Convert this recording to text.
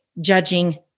judging